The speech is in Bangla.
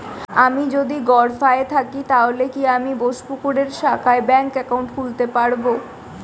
আমি যদি গরফায়ে থাকি তাহলে কি আমি বোসপুকুরের শাখায় ব্যঙ্ক একাউন্ট খুলতে পারবো?